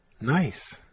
Nice